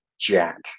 Jack